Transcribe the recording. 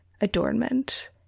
adornment